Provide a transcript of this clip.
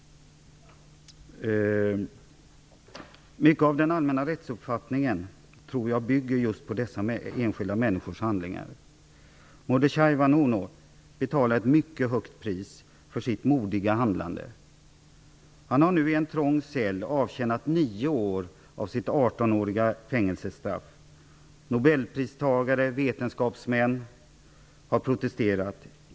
Mycket av den allmänna rättsuppfattningen tror jag bygger just på dessa enskilda människors handlingar. Mordechai Vanunu betalar ett mycket högt pris för sitt modiga handlande. Han har nu i en trång cell avtjänat 9 år av sitt 18-åriga fängelsestraff. Nobelpristagare och vetenskapsmän har protesterat.